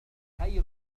خير